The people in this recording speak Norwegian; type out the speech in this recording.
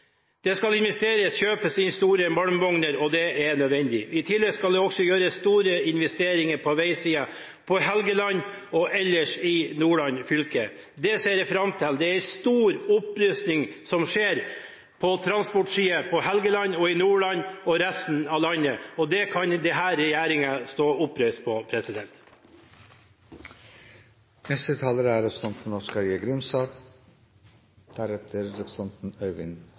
Det skal investeres – kjøpes inn store malmvogner – og det er nødvendig. I tillegg skal det også gjøres store investeringer på veisiden på Helgeland og ellers i Nordland fylke. Det ser jeg fram til. Det er en stor opprustning som skjer på transportsiden på Helgeland, i Nordland og i resten av landet. Det kan denne regjeringen stå oppreist på. Kystveg E39-prosjektet er